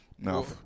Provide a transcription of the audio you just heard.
No